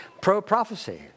pro-prophecy